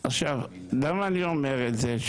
עכשיו, למה אני אומר את זה.